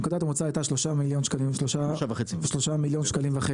נקודת המוצא היה 3.5 מילון שקלים,